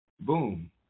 Boom